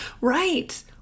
Right